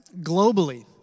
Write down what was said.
globally